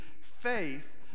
faith